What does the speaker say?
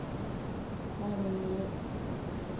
साढ़े